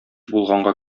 булганга